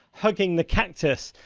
hugging the cactus,